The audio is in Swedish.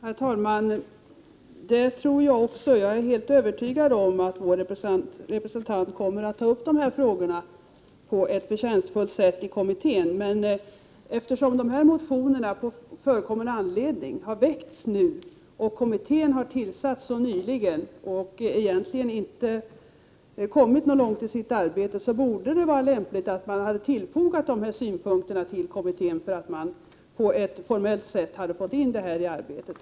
Herr talman! Det tror jag också. Jag är helt övertygad om att vår representant på ett förtjänstfullt sätt kommer att ta upp dessa frågor i kommittén. Eftersom dessa motioner på förekommen anledning har väckts och kommittén har tillsatts så nyligen och egentligen inte kommit så långt i sitt arbete borde det vara lämpligt att vidarebefordra dessa synpunkter till kommittén, så att de formellt infogades i arbetet.